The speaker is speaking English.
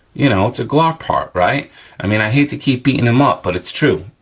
you know it's a glock part, right? i mean, i hate to keep beating them up, but it's true,